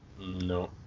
No